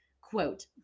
quote